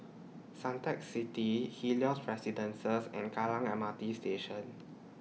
Suntec City Helios Residences and Kallang M R T Station